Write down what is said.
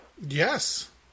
Yes